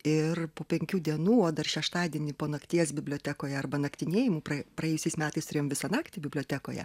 ir po penkių dienų o dar šeštadienį po nakties bibliotekoje arba naktinėjimų praėjusiais metais turėjom visą naktį bibliotekoje